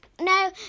No